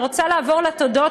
אני רוצה לעבור לתודות,